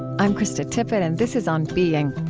i'm krista tippett, and this is on being.